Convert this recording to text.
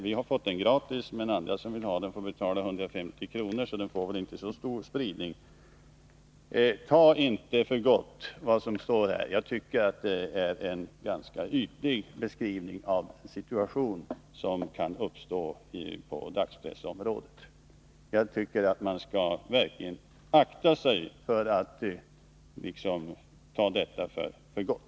Vi har fått broschyren gratis, medan andra som vill ha den får betala 150 kr., så den får väl inte så stor spridning. Ta inte för gott vad som står där! Jag tycker det är en ganska ytlig beskrivning av den situation som kan uppstå på dagspressområdet. Jag tycker att man verkligen skall akta sig för att ta detta för gott.